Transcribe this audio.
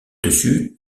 dessus